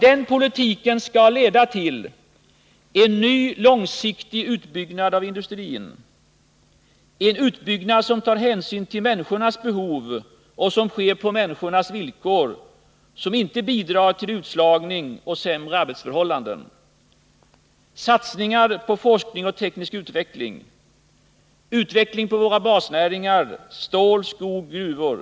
Den politiken skall leda till en ny långsiktig utbyggnad av industrin, en utbyggnad som tar hänsyn till människornas behov, som sker på människornas villkor och som inte bidrar till utslagning och sämre arbetsförhållanden. Den politiken skall också leda till satsningar på forskning och teknisk utveckling, utveckling av våra basnäringar stål, skog och gruvor.